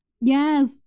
Yes